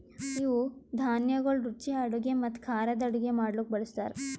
ಇವು ಧಾನ್ಯಗೊಳ್ ರುಚಿಯ ಅಡುಗೆ ಮತ್ತ ಖಾರದ್ ಅಡುಗೆ ಮಾಡ್ಲುಕ್ ಬಳ್ಸತಾರ್